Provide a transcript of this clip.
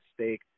stake